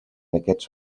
aquests